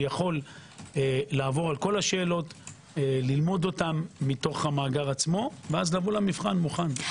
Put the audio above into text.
הוא יכול ללמוד את השאלות מהמאגר עצמו ולבוא למבחן מוכן.